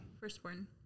Firstborn